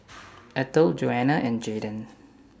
Ethel Joana and Jayden